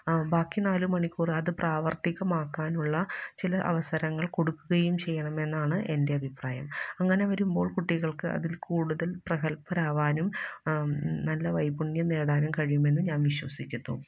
ബാക്കി നാല് മണിക്കൂർ അത് പ്രാവര്ത്തികമാക്കാനുള്ള ചില അവസരങ്ങള് കൊടുക്കുകയും ചെയ്യണമെന്നാണ് എന്റെ അഭിപ്രായം അങ്ങനെ വരുമ്പോള് കുട്ടികള്ക്ക് അതിൽ കൂടുതൽ പ്രഗത്ഭരാവാനും നല്ല വൈപുണ്യം നേടാനും കഴിയുമെന്ന് ഞാന് വിശ്വസിക്കുന്നു